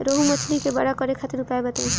रोहु मछली के बड़ा करे खातिर उपाय बताईं?